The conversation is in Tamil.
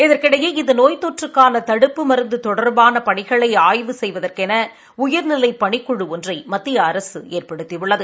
இதற்கிடையே இந்த நோய் தொற்றுக்கான தடுப்பு மருந்து தொடர்பான பணிகளை ஆய்வு செய்வதற்கென உயர்நிலை பணிக்குழு ஒன்றை மத்திய அரசு ஏற்படுத்தியுள்ளது